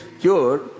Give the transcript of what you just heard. cured